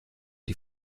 die